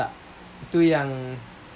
tak itu yang